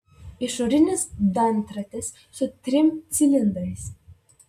išorinis dantratis su trim cilindrais